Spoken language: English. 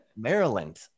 Maryland